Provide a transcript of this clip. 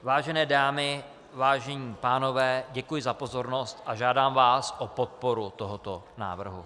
Vážené dámy, vážení pánové, děkuji za pozornost a žádám vás o podporu tohoto návrhu.